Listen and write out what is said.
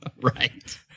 Right